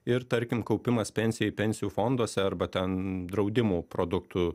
ir tarkim kaupimas pensijai pensijų fonduose arba ten draudimo produktų